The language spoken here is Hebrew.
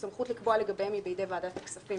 הסמכות לקבוע לגביהם היא בידי ועדת הכספים,